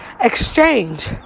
exchange